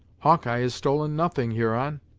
hawkeye has stolen nothing, huron.